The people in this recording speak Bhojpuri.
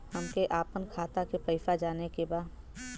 हमके आपन खाता के पैसा जाने के बा